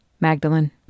Magdalene